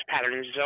patterns